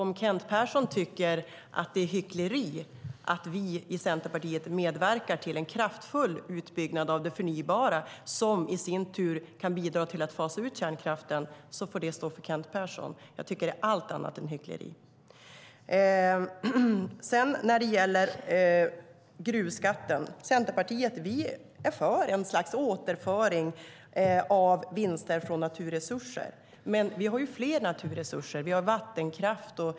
Om Kent Persson tycker att det är hyckleri att vi i Centerpartiet medverkar till en kraftfull utbyggnad av det förnybara, som i sin tur kan bidra till att fasa ut kärnkraften, får det stå för Kent Persson. Jag tycker att det är allt annat än hyckleri. När det gäller gruvskatten kan jag säga att vi i Centerpartiet är för en slags återföring av vinster från naturresurser. Men vi har ju fler naturresurser. Vi har vattenkraft.